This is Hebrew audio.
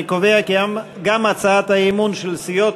אני קובע כי גם הצעת האי-אמון של סיעות